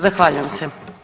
Zahvaljujem se.